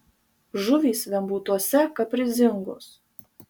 žuvys vembūtuose kaprizingos